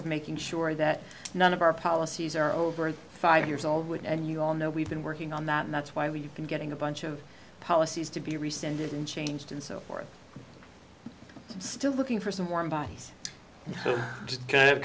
of making sure that none of our policies are over five years old and you all know we've been working on that and that's why we've been getting a bunch of policies to be rescinded and changed and so forth still looking for some warm bodies and